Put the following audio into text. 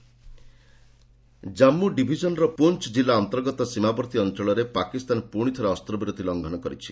JK ceasefire Jammu ଡିଭିଜନର ପୁଞ୍ ଜିଲ୍ଲା ଅନ୍ତର୍ଗତ ସୀମାବର୍ତ୍ତୀ ଅଞ୍ଚଳରେ ପାକିସ୍ତାନ ପୁଣିଥରେ ଅସ୍ତ୍ରବିରତି ଲଂଘନ କରିଛି